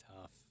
tough